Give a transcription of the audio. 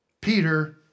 Peter